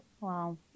Wow